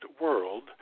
world